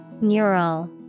Neural